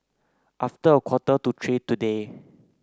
after a quarter to three today